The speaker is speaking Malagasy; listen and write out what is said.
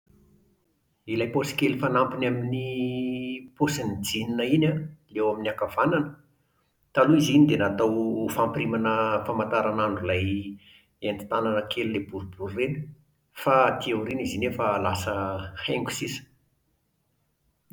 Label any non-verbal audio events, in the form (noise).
Ilay paosy kely fanampiny amin'ny (hesitation) paosin'ny jeans iny an, ilay eo amin'ny ankavanana, taloha izy iny dia natao ho fampirimana (hesitation) famantaranandro ilay (hesitation) entin-tànana kely, ilay boribory ireny. Fa aty aoriana izy iny efa lasa (hesitation) haingo sisa